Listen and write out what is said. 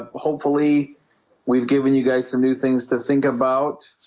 hopefully we've given you guys some new things to think about